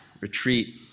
retreat